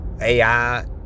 AI